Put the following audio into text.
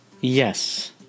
Yes